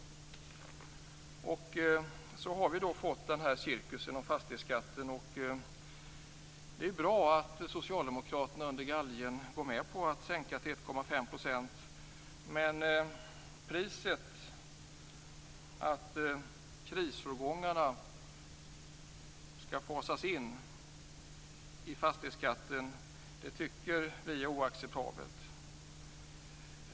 Så har vi då fått den här cirkusen med fastighetsskatten. Det är ju bra att Socialdemokraterna under galgen går med på att sänka den till 1,5 %, men priset är att krisårgångarna skall fasas in i fastighetsskatten. Vi tycker att det är oacceptabelt.